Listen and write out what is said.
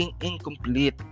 incomplete